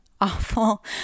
awful